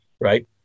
right